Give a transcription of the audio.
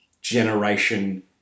generation